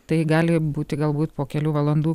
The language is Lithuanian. tai gali būti galbūt po kelių valandų